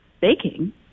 baking